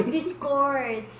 Discord